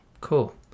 Cool